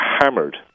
hammered